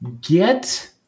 Get